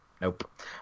Nope